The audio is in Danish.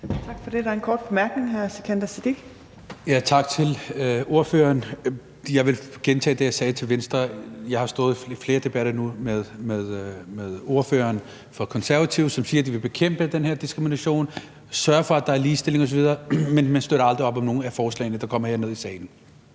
Tak for det. Der er en kort bemærkning. Hr. Sikandar Siddique. Kl. 14:30 Sikandar Siddique (UFG): Tak til ordføreren. Jeg vil gentage det, jeg sagde til Venstre: Jeg har stået i flere debatter nu med ordføreren for Konservative, som siger, at de vil bekæmpe den her diskrimination og sørge for, at der er ligestilling osv. Men man støtter aldrig op om nogen af forslagene, der kommer herned i salen.